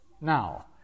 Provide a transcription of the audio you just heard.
now